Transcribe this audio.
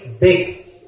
big